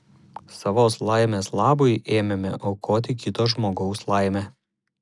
savos laimės labui ėmėme aukoti kito žmogaus laimę